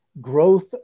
growth